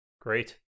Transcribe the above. great